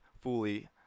fully